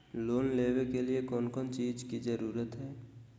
Loan लेबे के लिए कौन कौन चीज के जरूरत है?